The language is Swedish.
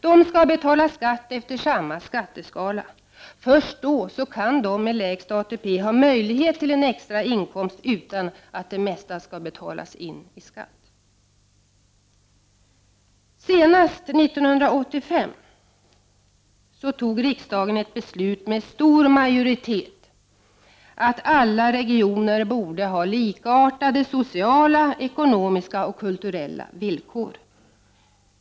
De skall betala skatt efter samma skatteskala. Först då kan de med lägst ATP ha möjlighet till en extra inkomst utan att det mesta skall betalas in i skatt. Senast 1985 fattade riksdagen med stor majoritet beslut att alla regioner borde ha likartade sociala, ekonomiska och kulturella villkor.